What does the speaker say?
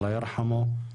אללה ירחמו,